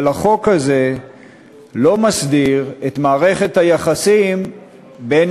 אבל החוק הזה לא מסדיר את מערכת היחסים בין